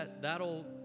that'll